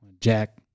Jack